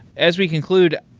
as we conclude,